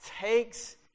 takes